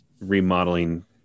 remodeling